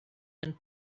and